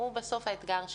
הוא האתגר שלנו.